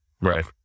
Right